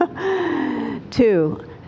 Two